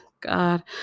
God